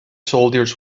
soldiers